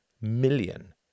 million